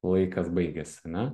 laikas baigiasi ane